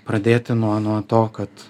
pradėti nuo nuo to kad